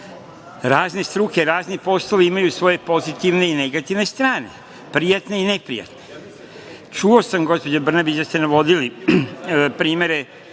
razne struke, razni poslovi imaju svoje pozitivne i negativne strane, prijatne i neprijatne. Čuo sam gospođo Brnabić i da ste navodili primere